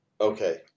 Okay